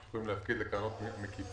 הם יכולים להפקיד לקרנות מקיפות.